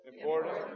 Important